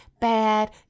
bad